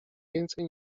więcej